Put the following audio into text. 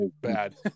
bad